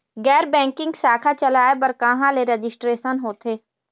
गैर बैंकिंग शाखा चलाए बर कहां ले रजिस्ट्रेशन होथे?